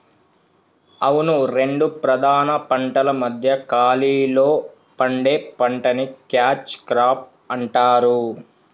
అవును రెండు ప్రధాన పంటల మధ్య ఖాళీలో పండే పంటని క్యాచ్ క్రాప్ అంటారు